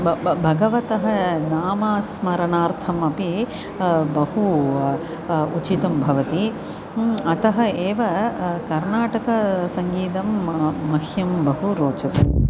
ब ब भगवतः नामस्मरणार्थमपि बहु उचितं भवति अतः एव कर्नाटकसङ्गीतं मह्यं बहु रोचते